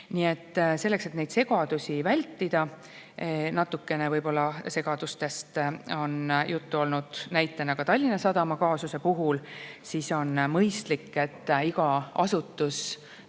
Nii et selleks, et neid segadusi vältida – natukene on sellisest segadusest juttu olnud näiteks Tallinna Sadama kaasuse puhul –, on mõistlik, et iga asutus